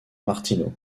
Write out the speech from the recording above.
martino